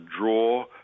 draw